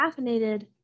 caffeinated